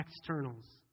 externals